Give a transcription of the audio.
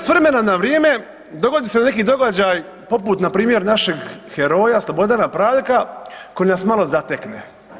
S vremena na vrijeme dogodi se neki događaj poput npr. našeg heroja Slobodana Praljka koji nas malo zatekne.